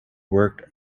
worked